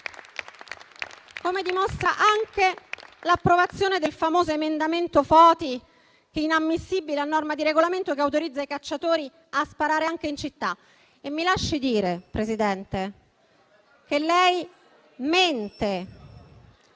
come dimostra anche l'approvazione del famoso emendamento Foti, inammissibile a norma di Regolamento, che autorizza i cacciatori a sparare anche in città. Mi lasci dire, Presidente, che lei mente